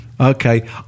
Okay